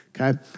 okay